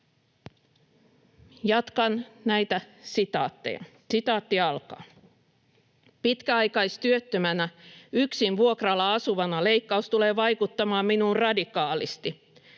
Jatkan näitä sitaatteja. "Pitkäaikaistyöttömänä yksin vuokralla asuvana leikkaus tulee vaikuttamaan minuun radikaalisti